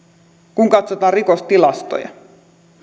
kun katsotaan rikostilastoja